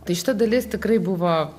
tai šita dalis tikrai buvo